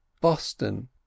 Boston